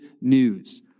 news